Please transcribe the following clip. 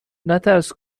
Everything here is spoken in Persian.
نترس